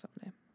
someday